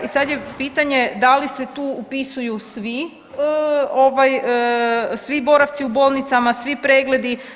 I sada je pitanje da li se tu upisuju svi boravci u bolnicama, svi pregledi?